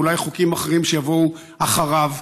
ואולי חוקים אחרים שיבואו אחריו,